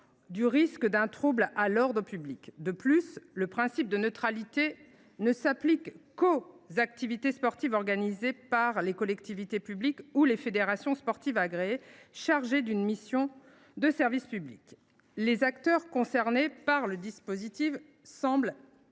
du risque d’un trouble à l’ordre public. Le principe de neutralité ne s’appliquant qu’aux activités sportives organisées par les collectivités publiques ou les fédérations sportives agréées chargées d’une mission de service public, le champ du dispositif paraît